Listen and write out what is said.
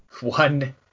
one